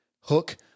hook